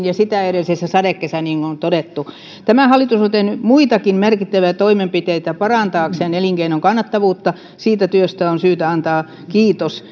ja sitä edelsi sadekesä niin kuin on todettu tämä hallitus on tehnyt muitakin merkittäviä toimenpiteitä parantaakseen elinkeinon kannattavuutta siitä työstä on syytä antaa kiitos